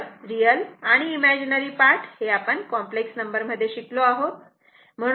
तर रियल आणि imaginary part हे आपण कॉम्प्लेक्स नंबर मध्ये शिकलो आहोत